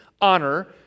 honor